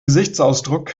gesichtsausdruck